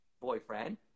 boyfriend